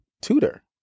tutor